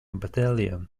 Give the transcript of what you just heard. battalion